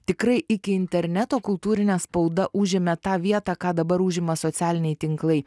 tikrai iki interneto kultūrinė spauda užėmė tą vietą ką dabar užima socialiniai tinklai